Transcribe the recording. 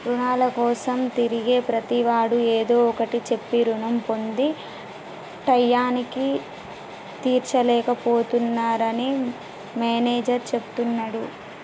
రుణాల కోసం తిరిగే ప్రతివాడు ఏదో ఒకటి చెప్పి రుణం పొంది టైయ్యానికి తీర్చలేక పోతున్నరని మేనేజర్ చెప్తున్నడు